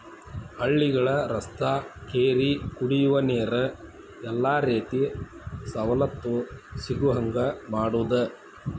ಹಳ್ಳಿಗಳ ರಸ್ತಾ ಕೆರಿ ಕುಡಿಯುವ ನೇರ ಎಲ್ಲಾ ರೇತಿ ಸವಲತ್ತು ಸಿಗುಹಂಗ ಮಾಡುದ